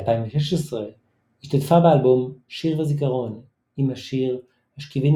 ב-2016 השתתפה באלבום "שיר וזיכרון" עם השיר "השכיבני